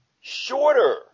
shorter